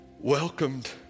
welcomed